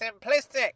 simplistic